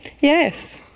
Yes